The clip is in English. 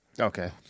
Okay